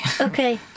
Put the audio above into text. Okay